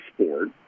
sport